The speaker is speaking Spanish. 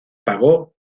pagó